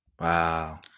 Wow